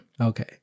Okay